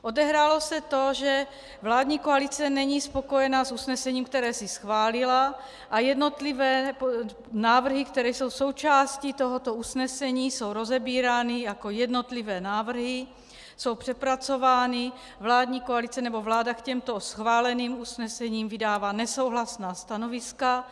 Odehrálo se to, že vládní koalice není spokojena s usnesením, které si schválila, a jednotlivé návrhy, které jsou součástí tohoto usnesení, jsou rozebírány jako jednotlivé návrhy, jsou přepracovány, vláda k těmto schváleným usnesením vydává nesouhlasná stanoviska.